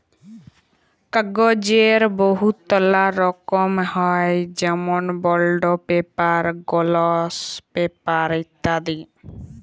কাগ্যজের বহুতলা রকম হ্যয় যেমল বল্ড পেপার, গলস পেপার ইত্যাদি